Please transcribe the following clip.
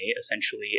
essentially